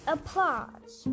Applause